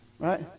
Right